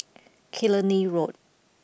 Killiney Road